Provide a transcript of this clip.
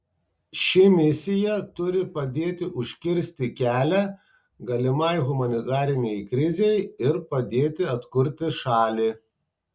ši misija turi padėti užkirsti kelią galimai humanitarinei krizei ir padėti atkurti šalį